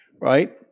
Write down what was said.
right